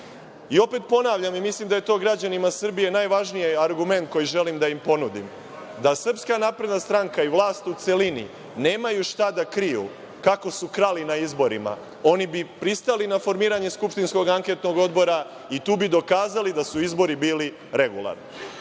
ponavljam i mislim da je to građanima Srbije najvažniji argument koji želim da im ponudim – da Srpska napredna stranka i vlast u celini nemaju šta da kriju kako su krali na izborima, oni bi pristali na formiranje skupštinskog anketnog odbora i tu bi dokazali da su izbori bili regularni.